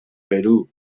perú